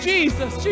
Jesus